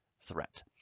threat